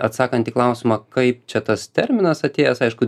atsakant į klausimą kaip čia tas terminas atėjęs aišku